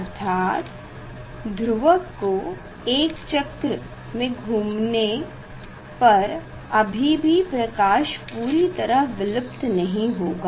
अर्थात ध्रुवक को एक चक्र में घूमने पर कभी भी प्रकाश पूरी तरह विलुप्त नहीं होगा